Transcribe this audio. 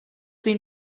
been